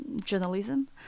journalism